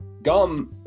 gum